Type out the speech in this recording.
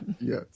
Yes